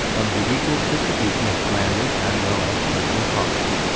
of the equal distribution of landed as well as personal property.